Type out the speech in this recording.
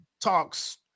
talks